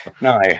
No